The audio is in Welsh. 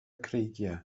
creigiau